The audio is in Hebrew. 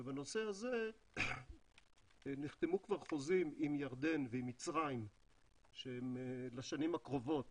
ובנושא הזה נחתמו כבר חוזים עם ירדן ועם מצרים לשנים הקרובות